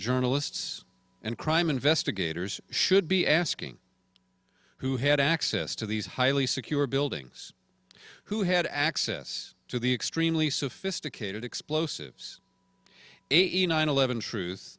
journalists and crime investigators should be asking who had access to these highly secure buildings who had access to the extremely sophisticated explosives eighty nine eleven truth